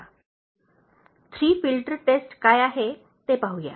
ती three filter test काय आहे ते पाहूया